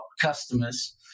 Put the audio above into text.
customers